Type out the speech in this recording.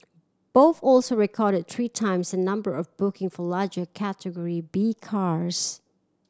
both also recorded three times the number of bookings for larger Category B cars